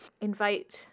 invite